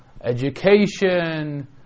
education